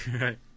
Right